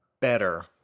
better